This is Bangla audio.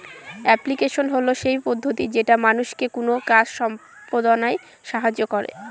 এপ্লিকেশন হল সেই পদ্ধতি যেটা মানুষকে কোনো কাজ সম্পদনায় সাহায্য করে